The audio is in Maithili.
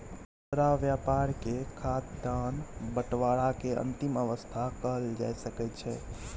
खुदरा व्यापार के खाद्यान्न बंटवारा के अंतिम अवस्था कहल जा सकइ छइ